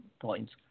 points